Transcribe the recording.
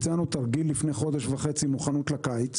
לפני חודש וחצי ביצענו תרגיל מוכנות לקיץ